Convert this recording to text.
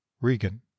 Regan